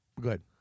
good